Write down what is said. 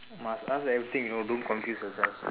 must ask everything you know don't confuse yourself